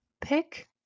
pick